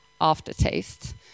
aftertaste